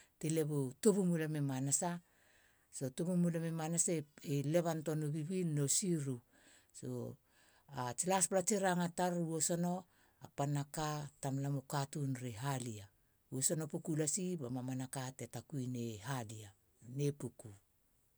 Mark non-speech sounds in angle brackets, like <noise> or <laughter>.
Ti leba u tubumulam i manasa. <hesitation> tubumulami manasa i lebantoanu siru nu bibil. <hesitation> tsi laspla tsi ranga tar u sono panna ka tamlam u katun ri halia. u sono puku lasi ba mamanaka te takuine halia. nonei puku.